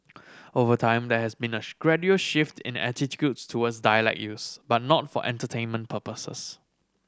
over time there has been a gradual shift in attitudes towards dialect use but not for entertainment purposes